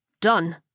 Done